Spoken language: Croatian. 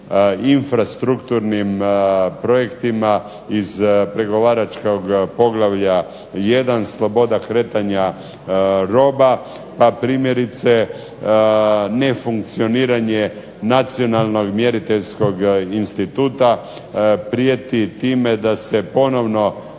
infrastrukturnim projektima iz pregovaračkog poglavlja 1. sloboda kretanja roba, pa primjerice nefunkcioniranje nacionalnog mjeriteljskog instituta prijeti time da se ponovno